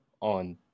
on